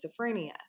schizophrenia